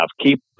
keep